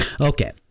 Okay